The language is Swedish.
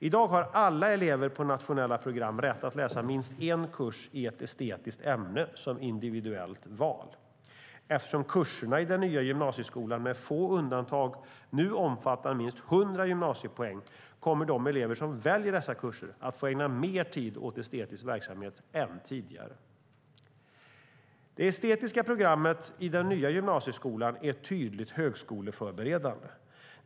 I dag har alla elever på nationella program rätt att läsa minst en kurs i ett estetiskt ämne som individuellt val. Eftersom kurserna i den nya gymnasieskolan med få undantag nu omfattar minst 100 gymnasiepoäng kommer de elever som väljer dessa kurser att få ägna mer tid åt estetisk verksamhet än tidigare. Det estetiska programmet i den nya gymnasieskolan är tydligt högskoleförberedande.